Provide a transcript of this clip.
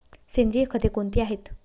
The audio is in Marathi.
सेंद्रिय खते कोणती आहेत?